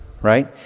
right